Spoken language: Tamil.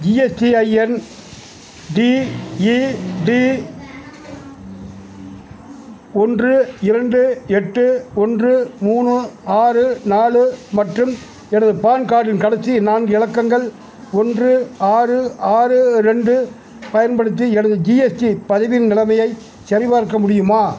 ஜிஎஸ்டிஐஎன் டிஇடி ஒன்று இரண்டு எட்டு ஒன்று மூணு ஆறு நாலு மற்றும் எனது பான் கார்டின் கடைசி நான்கு இலக்கங்கள் ஒன்று ஆறு ஆறு ரெண்டு பயன்படுத்தி எனது ஜிஎஸ்டி பதிவின் நிலைமையைச் சரிபார்க்க முடியுமா